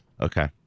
Okay